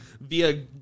via